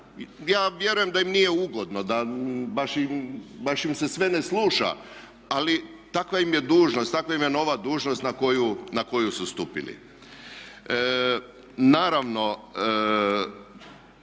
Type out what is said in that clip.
Ja vjerujem da im nije ugodno, da baš im se sve ne sluša, ali takva im je dužnost, takva im je nova dužnost na koju su stupili. Naravno